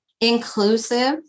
inclusive